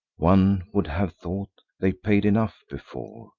one would have thought they paid enough before,